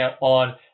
on